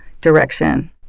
direction